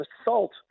assault